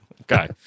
Okay